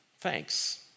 thanks